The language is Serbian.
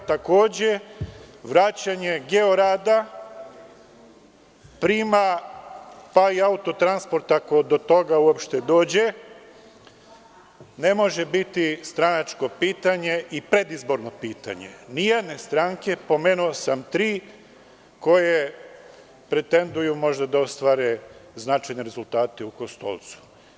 Takođe, vraćanje „Georada“ , PRIM-a, „Autotransporta“, ako do toga uopšte dođe, ne može biti stranačko pitanje i predizborno pitanje ni jedne stranke, pomenuo sam tri koje pretenduju možda da ostvare značajne rezultate u Kostolcu.